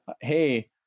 hey